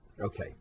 Okay